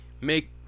Make